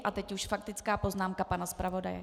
A teď už faktická poznámka pana zpravodaje.